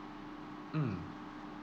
mm